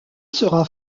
sera